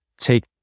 take